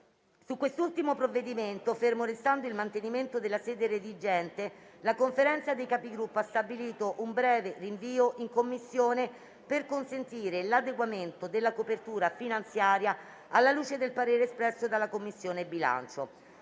Su quest'ultimo provvedimento - fermo restando il mantenimento della sede redigente - la Conferenza dei Capigruppo ha stabilito un breve rinvio in Commissione per consentire l'adeguamento della copertura finanziaria alla luce del parere espresso dalla Commissione bilancio.